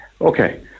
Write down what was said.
Okay